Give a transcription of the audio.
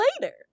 later